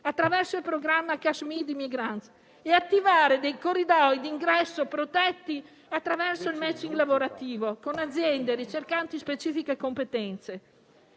attraverso il programma di Migrants e attivare dei corridoi di ingresso protetti attraverso il *matching* lavorativo con aziende ricercanti specifiche competenze.